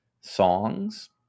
songs